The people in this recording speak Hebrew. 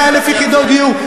100,000 יחידות דיור.